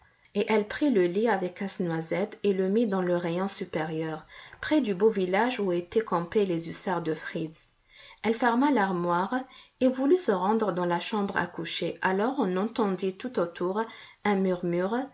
et elle prit le lit avec casse-noisette et le mit dans le rayon supérieur près du beau village où étaient campés les hussards de fritz elle ferma l'armoire et voulut se rendre dans la chambre à coucher alors on entendit tout autour un murmure